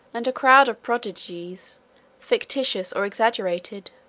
and a crowd of prodigies fictitious or exaggerated.